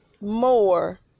more